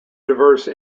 diverse